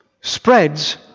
spreads